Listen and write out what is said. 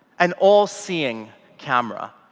an all-seeing camera.